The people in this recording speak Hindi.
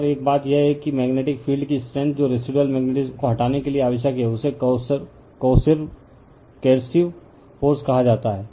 और एक बात यह है कि मेग्नेटिक फील्ड की स्ट्रेंथ जो रेसिदुअल मैगनेटीसम को हटाने के लिए आवश्यक है उसे केर्सिव फ़ोर्स कहा जाता है